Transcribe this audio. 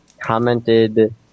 commented